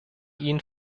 ihnen